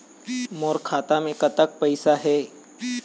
मोर खाता मे कतक पैसा हे?